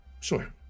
sure